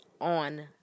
on